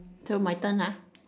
so my turn ah